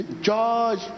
George